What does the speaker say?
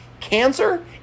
cancer